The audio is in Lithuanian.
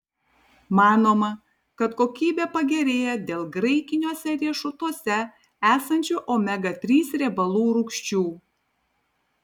manoma kad kokybė pagerėja dėl graikiniuose riešutuose esančių omega trys riebalų rūgščių